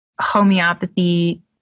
homeopathy